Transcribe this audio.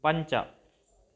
पञ्च